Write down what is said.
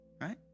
right